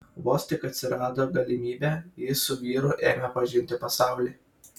vos tik atsirado galimybė ji su vyru ėmė pažinti pasaulį